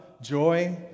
joy